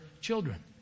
children